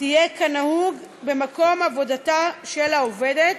תהיה כנהוג במקום העבודה של העובדת.